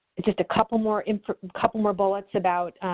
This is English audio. just a couple more info couple more bullets about